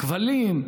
בכבלים,